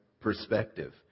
perspective